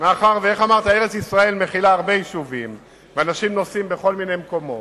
מאחר שאמרת שבארץ-ישראל יש הרבה יישובים ואנשים נוסעים בכל מיני מקומות,